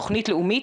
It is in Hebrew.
תכנית לאומית,